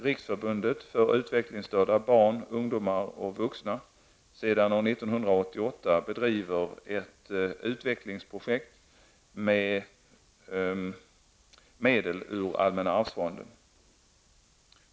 Riksförbundet för utvecklingsstörda barn, ungdomar och vuxna sedan år 1988 bedriver ett utvecklingsprojekt med medel ur allmänna arvsfonden.